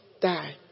die